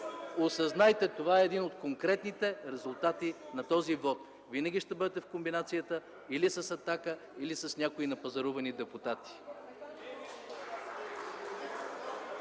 Осъзнайте – това е един от конкретните резултати на този вот. Винаги ще бъдете в комбинацията или с „Атака”, или с някои напазарувани депутати.